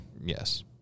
Yes